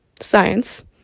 science